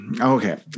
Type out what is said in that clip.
Okay